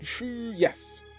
yes